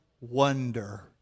wonder